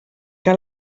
que